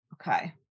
Okay